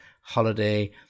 holiday